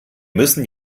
müssen